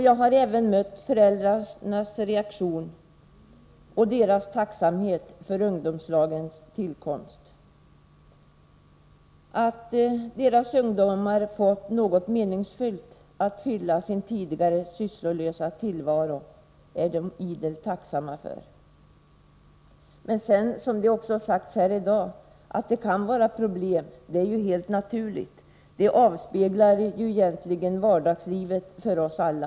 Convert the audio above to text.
Jag har även mött föräldrarnas reaktion och deras tacksamhet för ungdomslagens tillkomst. Att deras ungdomar har fått något meningsfullt att fylla sin tidigare sysslolösa tillvaro med visar de idel tacksamhet för. Att det sedan, som det har sagts tidigare här i dag, kan finnas problem är helt naturligt. Det speglar ju vardagslivet för oss alla.